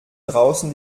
draußen